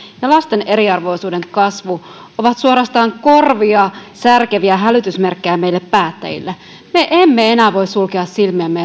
ja lasten eriarvoisuuden kasvu ovat suorastaan korvia särkeviä hälytysmerkkejä meille päättäjille me emme enää voi sulkea silmiämme